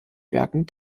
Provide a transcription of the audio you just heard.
werken